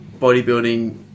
bodybuilding